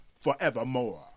Forevermore